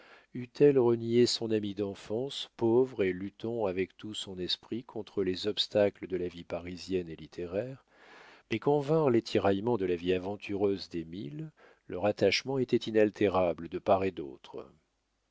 renié son ami d'enfance pauvre et luttant avec tout son esprit contre les obstacles de la vie parisienne et littéraire mais quand vinrent les tiraillements de la vie aventureuse d'émile leur attachement était inaltérable de part et d'autre